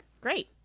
Great